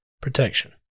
Protection